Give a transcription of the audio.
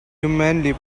humanly